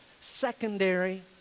Secondary